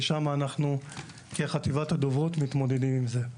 ושם אנחנו כחטיבת הדוברות מתמודדים עם זה.